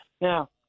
Now